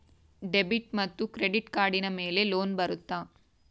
Debit ಮತ್ತು credit ಕಾರ್ಡಿನ ಮೇಲೆ ಲೋನ್ ಬರುತ್ತಾ?